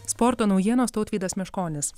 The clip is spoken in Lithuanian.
sporto naujienos tautvydas meškonis